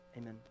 Amen